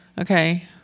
Okay